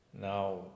now